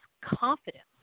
confidence